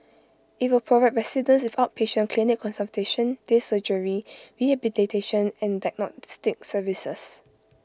IT will provide residents with outpatient clinic consultation day surgery rehabilitation and diagnostic services